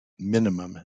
minimum